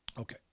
Okay